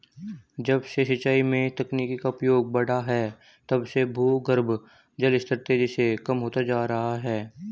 जब से सिंचाई में तकनीकी का प्रयोग बड़ा है तब से भूगर्भ जल स्तर तेजी से कम होता जा रहा है